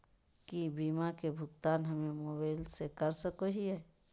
की बीमा के भुगतान हम मोबाइल से कर सको हियै?